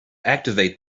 activate